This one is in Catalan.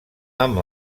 amb